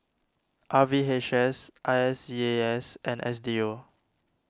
R V H S I S E A S and S D U